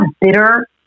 bitter